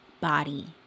body